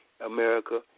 America